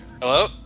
Hello